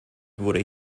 wurde